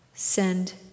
Send